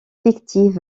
fictif